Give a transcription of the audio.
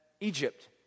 Egypt